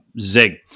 Zig